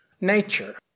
nature